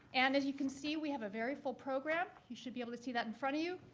and as you can see, we have a very full program. you should be able to see that in front of you.